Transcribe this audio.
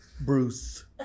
Bruce